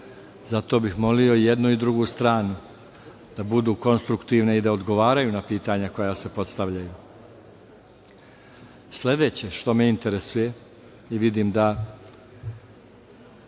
zato bih molio i jednu i drugu stranu da budu konstruktivne i da odgovaraju na pitanja koja se postavljaju. Sledeće što me interesuje i vidim da